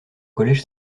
collège